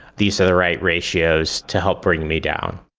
these are the right ratios to help bring me down.